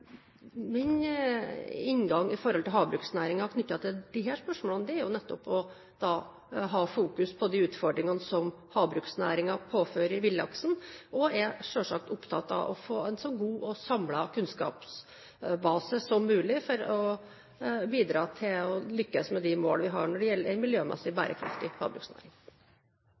Min inngang i forhold til havbruksnæringen knyttet til disse spørsmålene, er nettopp å ha fokus på de utfordringene som havbruksnæringen påfører villaksen. Jeg er selvsagt opptatt av å få en så god og samlet kunnskapsbase som mulig for å bidra til å lykkes med de mål vi har når det gjelder en miljømessig, bærekraftig havbruksnæring.